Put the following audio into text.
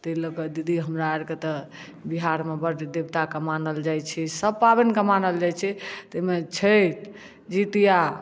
ताहि लए कऽ दीदी हमराआर के तऽ बिहार मे बड देवता के मानल जाइ छै सब पाबनि के मानल जाइ छै ताहिमे छठि जितिया